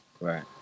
Right